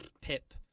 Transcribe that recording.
Pip